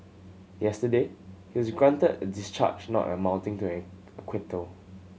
yesterday he was granted a discharge not amounting to an acquittal